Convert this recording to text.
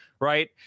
right